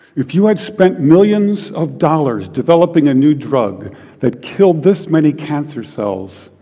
if you had spent millions of dollars developing a new drug that killed this many cancer cells,